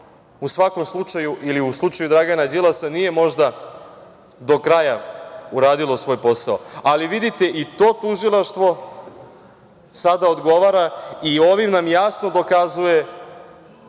u svakom slučaju ili u slučaju Dragana Đilasa nije možda do kraja uradilo svoj posao. Ali, vidite, i to tužilaštvo sada odgovara i ovim nam jasno dokazuje